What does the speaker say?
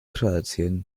kroatien